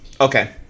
Okay